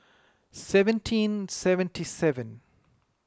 seventeen seventy seven